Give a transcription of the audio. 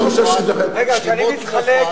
כשאני מתחלק,